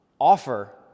offer